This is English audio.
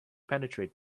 penetrate